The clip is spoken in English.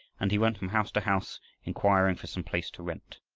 and he went from house to house inquiring for some place to rent.